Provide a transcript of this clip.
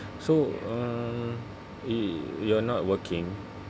so uh y~ you're not working